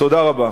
תודה רבה.